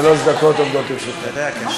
שלוש דקות עומדות לרשותך.